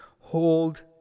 hold